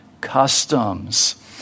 customs